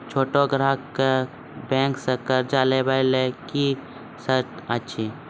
छोट ग्राहक कअ बैंक सऽ कर्ज लेवाक लेल की सर्त अछि?